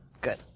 good